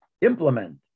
implement